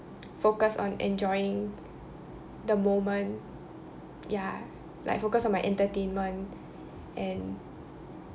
focus on enjoying the moment ya like focus on my entertainment and